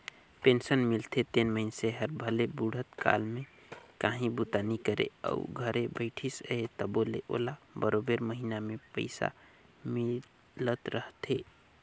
pension मिलथे तेन मइनसे हर भले बुढ़त काल में काहीं बूता नी करे अउ घरे बइठिस अहे तबो ले ओला बरोबेर महिना में पइसा मिलत रहथे